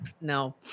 no